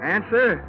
Answer